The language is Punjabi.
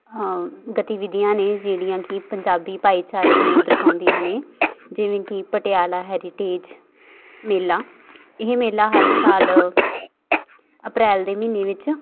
ਗਤੀਵਿਧੀਆਂ ਨੇ ਜਿਹੜੀਆਂ ਕਿ ਪੰਜਾਬੀ ਭਾਈਚਾਰੇ ਨੂੰ ਦਰਸਾਉਂਦੀਆਂ ਨੇ ਜਿਵੇਂ ਕਿ ਪਟਿਆਲਾ ਹੈਰੀਟੇਜ ਮੇਲਾ ਇਹ ਮੇਲਾ ਹਰ ਸਾਲ ਅਪ੍ਰੈਲ ਦੇ ਮਹੀਨੇ ਵਿੱਚ